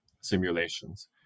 simulations